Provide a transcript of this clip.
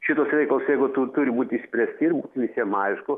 šituos reikalus jeigu tu turi būti išspręsti ir būti visiem aišku